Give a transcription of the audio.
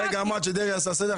כרגע אמרת שדרעי עשה סדר.